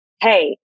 hey